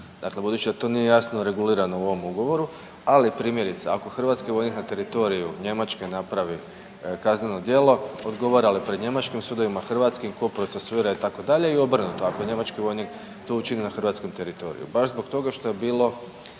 dakale budući da to nije jasno regulirano u ovom ugovoru, ali primjerice ako hrvatski vojnik na teritoriju Njemačke napravi kazneno djelo odgovara li pred njemačkim sudovima, hrvatskim? Tko procesuira itd. i obrnuto ako je njemački vojnik to učinio na hrvatskom teritoriju? Baš zbog toga što je bilo